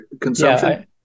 consumption